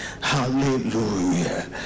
hallelujah